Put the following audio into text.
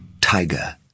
Tiger